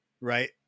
right